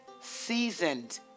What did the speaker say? seasoned